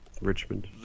Richmond